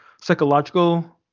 psychological